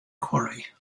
quarry